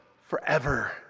forever